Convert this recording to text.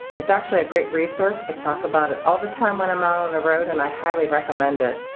it's actually a great resource. i talk about it all the time when i'm out on the road and i highly recommend it.